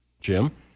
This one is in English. Jim